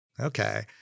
Okay